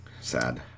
Sad